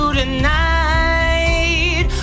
tonight